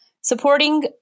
supporting